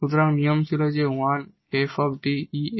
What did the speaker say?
সুতরাং নিয়ম ছিল যে 1 𝑓 𝐷 𝑒 𝑎𝑥